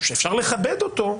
שאפשר לכבד אותו,